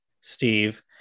Steve